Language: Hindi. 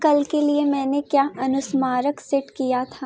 कल के लिए मैंने क्या अनुस्मारक सेट किया था